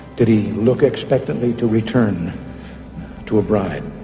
did he look expectantly to return to a bride?